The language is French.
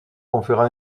conféra